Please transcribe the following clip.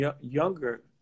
younger